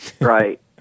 Right